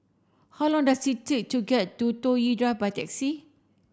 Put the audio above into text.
how long does it take to get to Toh Drive by taxi